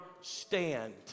stand